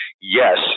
yes